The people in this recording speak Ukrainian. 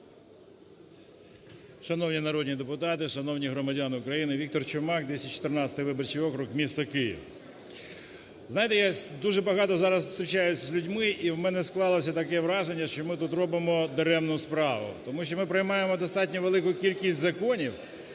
Шановні народні депутати, шановні громадяни України! Віктор Чумак 214 виборчий округ, місто Київ. Знаєте, я дуже багато зараз зустрічаюсь з людьми, і в мене склалося таке враження, що ми тут робимо даремну справу, тому що ми приймаємо достатньо велику кількість законів,